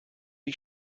ich